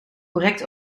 correct